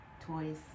toys